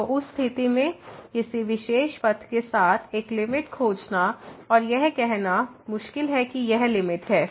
तो उस स्थिति में किसी विशेष पथ के साथ एक लिमिट खोजना और यह कहना मुश्किल है कि यह लिमिट है